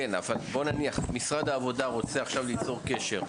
כן, אבל נניח שמשרד העבודה רוצה עכשיו ליצור קשר.